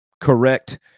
correct